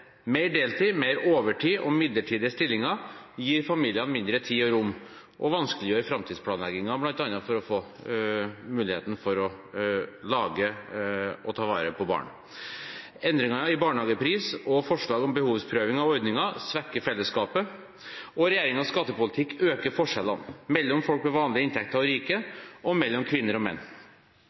Mer deltid, mer overtid og midlertidige stillinger gir familiene mindre tid og rom og vanskeliggjør framtidsplanleggingen, bl.a. muligheten for å lage og ta vare på barn. Endringene i barnehagepris og forslaget om behovsprøving av ordninger svekker fellesskapet, og regjeringens skattepolitikk øker forskjellene – mellom folk med vanlige inntekter og de rike, og mellom kvinner og menn.